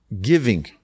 giving